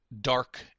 dark